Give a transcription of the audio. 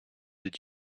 did